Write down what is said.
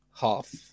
half